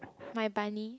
my bunny